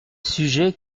sujet